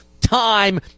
time